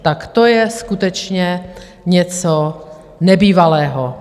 Tak to je skutečně něco nebývalého.